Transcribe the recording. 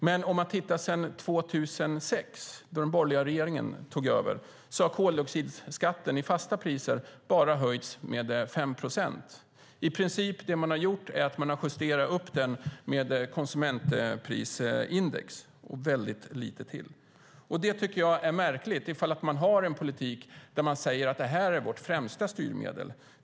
Men man kan titta på hur det är sedan 2006, då den borgerliga regeringen tog över. Då har koldioxidskatten i fasta priser bara höjts med 5 procent. Det man har gjort är i princip att man har justerat upp den med konsumentprisindex och väldigt lite till. Det tycker jag är märkligt om man har en politik där man säger att det här är vårt främsta styrmedel.